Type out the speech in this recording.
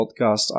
podcast